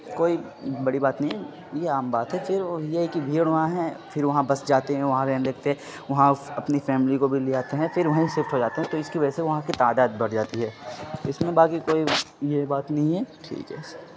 کوئی بڑی بات نہیں ہے یہ عام بات ہے پھر وہ یہ ہے کہ بھیڑ وہاں ہیں پھر وہاں بس جاتے ہیں وہاں رہنے لگتے وہاں اپنی فیملی کو بھی لے آتے ہیں پھر وہیں سفٹ ہو جاتے ہیں تو اس کی وجہ سے وہاں کی تعداد بڑھ جاتی ہے تو اس میں باقی کوئی یہ بات نہیں ہے ٹھیک ہے